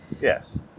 Yes